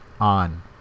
on